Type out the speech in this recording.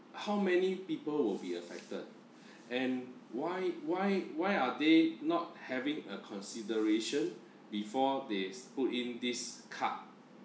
how many people will be affected and why why why are they not having a consideration before they put in this cart